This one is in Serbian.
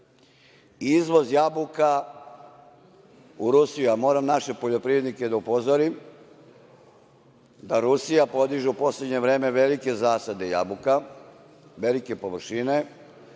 Izvoz jabuka u Rusiju, ja moram naše poljoprivrednike da upozorim da Rusija podiže u poslednje vreme velike zasade jabuka, velike površine